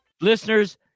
listeners